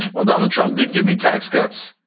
well, donald trump did give me tax cuts.